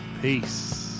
Peace